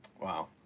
wow